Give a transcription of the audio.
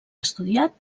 estudiat